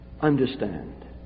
understand